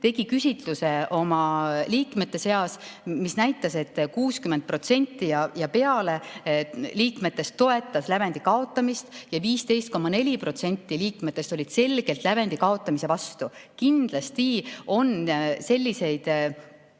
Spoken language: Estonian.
tegi küsitluse oma liikmete seas, mis näitas, et liikmetest 60% ja peale toetas lävendi kaotamist ja 15,4% liikmetest oli selgelt lävendi kaotamise vastu. Kindlasti on selliseid